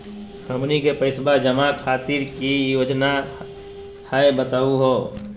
हमनी के पैसवा जमा खातीर की की योजना हई बतहु हो?